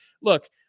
look